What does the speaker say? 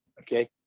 Okay